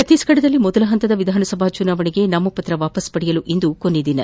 ಚತ್ತೀಸ್ಗಢ್ದಲ್ಲಿ ಮೊದಲ ಹಂತದ ವಿಧಾನಸಭಾ ಚುನಾವಣೆ ನಾಮಪತ್ರ ವಾಪಸ್ ಪಡೆಯಲು ಇಂದು ಕೊನೆಯ ದಿನ